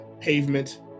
pavement